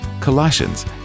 Colossians